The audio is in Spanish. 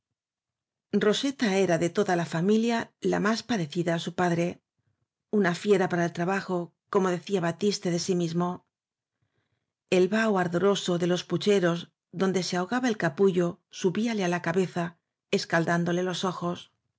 roseta era de toda la familia la más parecida á su padre una fiera para el j trabajo como decía ba y v a tiste de sí mismo el y vaho ardoroso de los pucheros donde se wfe í ew ahogaba el capullo subíasele á la ca beza escaldándole los ojos